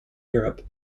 europe